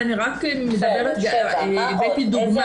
הבאתי את זה רק כדוגמה.